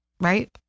right